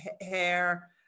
hair